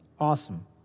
awesome